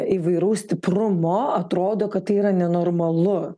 įvairaus stiprumo atrodo kad tai yra nenormalu